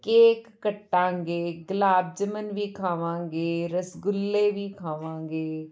cake ਕੱਟਾਂਗੇ ਗੁਲਾਬ ਜਾਮਨ ਵੀ ਖਾਵਾਂਗੇ ਰਸਗੁੱਲੇ ਵੀ ਖਾਵਾਂਗੇ